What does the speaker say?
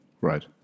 Right